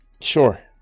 Sure